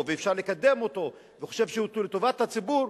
ואפשר לקדם אותו וחושב שהוא לטובת הציבור,